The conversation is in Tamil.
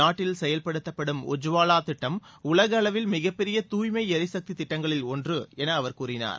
நாட்டில் செயல்படுத்தப்படும் உஜ்வாலா திட்டம் உலக அளவில் மிகப்பெரிய தூய்மை எரிசக்தி திட்டங்களில் ஒன்று என அவர் கூறினார்